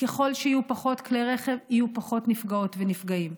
ככל שיהיו פחות כלי רכב יהיו פחות נפגעות ונפגעים,